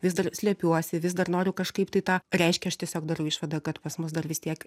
vis dar slepiuosi vis dar noriu kažkaip tai tą reiškia aš tiesiog darau išvadą kad pas mus dar vis tiek